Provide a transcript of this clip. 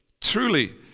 truly